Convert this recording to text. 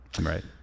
Right